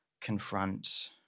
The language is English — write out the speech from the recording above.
confront